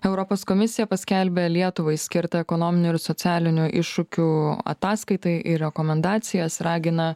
europos komisija paskelbė lietuvai skirtą ekonominių ir socialinių iššūkių ataskaitai ir rekomendacijas ragina